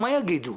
מה יגידו?